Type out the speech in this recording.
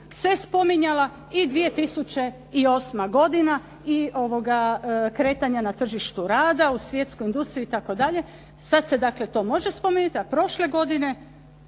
se spominjala i 2008. godina i kretanja na tržištu rada u svjetskoj industriji itd. Sada se to može spomenuti, a prošle godine